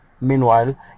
Meanwhile